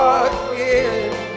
again